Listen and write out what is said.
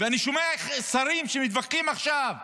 ואני שומע שרים שמתווכחים עכשיו: